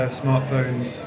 smartphones